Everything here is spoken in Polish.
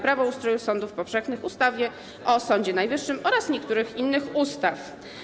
Prawo o ustroju sądów powszechnych, ustawy o Sądzie Najwyższym oraz niektórych innych ustaw.